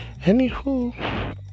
Anywho